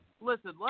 listen